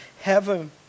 heaven